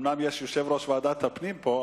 אומנם יושב-ראש ועדת הפנים פה,